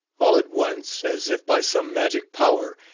all at once, as if by some magic power,